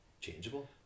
changeable